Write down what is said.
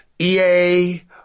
EA